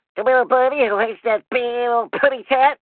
the little birdy who hates that bad old puddy tat.